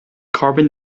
carbon